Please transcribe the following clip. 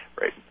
Right